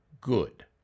good